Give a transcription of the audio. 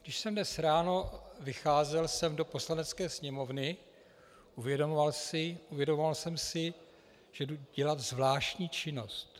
Když jsem dnes ráno vycházel sem do Poslanecké sněmovny, uvědomoval jsem si, že jdu dělat zvláštní činnost.